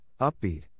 upbeat